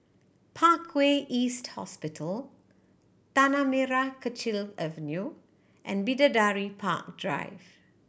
Parkway East Hospital Tanah Merah Kechil Avenue and Bidadari Park Drive